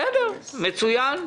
בסדר, מצוין.